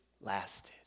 lasted